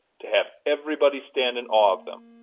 to have everybody stand in awe of them,